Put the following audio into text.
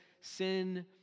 sin